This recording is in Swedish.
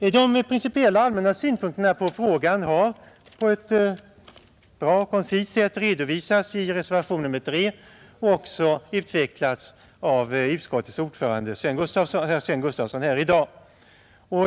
De allmänna principiella synpunkterna på frågan har på ett bra och koncist sätt redovisats i reservation nr 3 och också utvecklats här i dag av utskottets ordförande, herr Sven Gustafson i Göteborg.